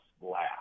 laugh